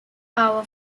our